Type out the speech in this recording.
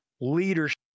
leadership